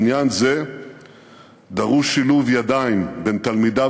בעניין זה דרוש שילוב ידיים בין תלמידיו